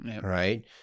right